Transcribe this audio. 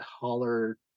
Holler